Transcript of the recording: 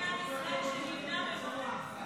כל בית שנבנה במדינת ישראל מבורך.